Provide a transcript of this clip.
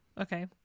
Okay